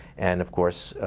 and of course,